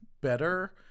better